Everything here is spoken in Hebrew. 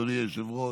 אדוני היושב-ראש,